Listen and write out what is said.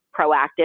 proactive